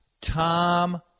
Tom